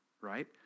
right